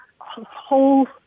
whole